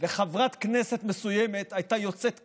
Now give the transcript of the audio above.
וחברת כנסת מסוימת הייתה יוצאת כנגד,